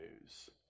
news